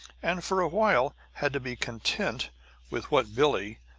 and for a while had to be content with what billie,